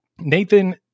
Nathan